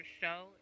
show